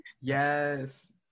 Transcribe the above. Yes